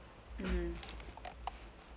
mmhmm